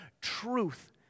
truth